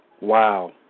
Wow